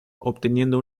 obteniendo